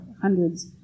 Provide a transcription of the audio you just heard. hundreds